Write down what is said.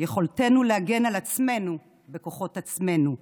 יכולתנו להגן על עצמנו בכוחות עצמנו,